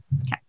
Okay